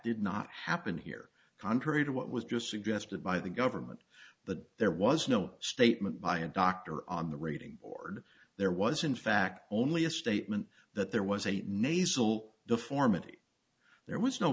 did not happen here contrary to what was just suggested by the government but there was no statement by a doctor on the rating board there was in fact only a statement that there was a nasal deformity there was no